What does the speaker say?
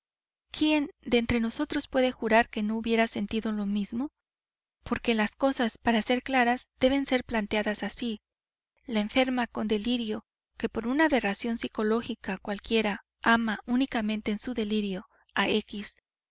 quién de entre nosotros puede jurar que no hubiera sentido lo mismo porque las cosas para ser claras deben ser planteadas así la enferma con delirio que por una aberración sicológica cualquiera ama únicamente en su delirio a x